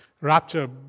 rapture